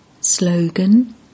Slogan